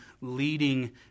leading